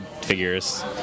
figures